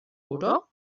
oder